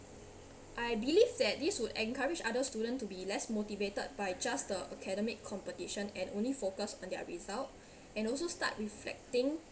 I believe that this would encourage other students to be less motivated by just the academic competition and only focus on their result and also start reflecting